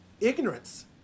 ignorance